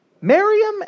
Miriam